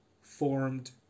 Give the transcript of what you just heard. formed